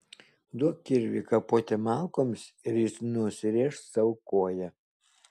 duok kirvį kapoti malkoms ir jis nusirėš sau koją